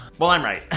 well i'm right.